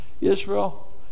Israel